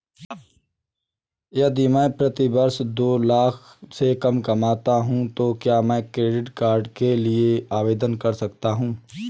यदि मैं प्रति वर्ष दो लाख से कम कमाता हूँ तो क्या मैं क्रेडिट कार्ड के लिए आवेदन कर सकता हूँ?